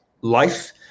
life